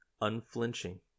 Unflinching